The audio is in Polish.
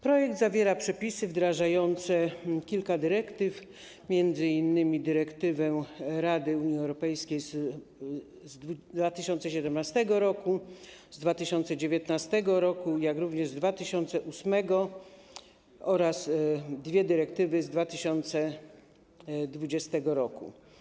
Projekt zawiera przepisy wdrażające kilka dyrektyw, m.in. dyrektywy Rady Unii Europejskiej z 2017 r., z 2019 r., jak również z 2008 r., a także dwie dyrektywy z 2020 r.